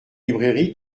librairie